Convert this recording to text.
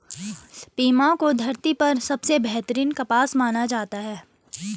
Pima को धरती पर सबसे बेहतरीन कपास माना जाता है